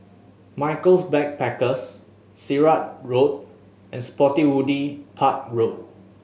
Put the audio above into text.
Michaels Backpackers Sirat Road and Spottiswoode Park Road